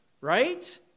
right